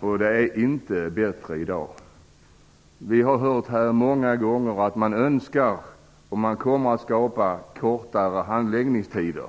och det är inte bättre i dag. Vi har här många gånger hört att man önskar och ämnar åstadkomma kortare handläggningstider.